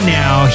now